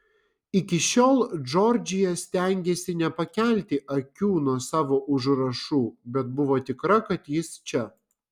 iki šiol džordžija stengėsi nepakelti akių nuo savo užrašų bet buvo tikra kad jis čia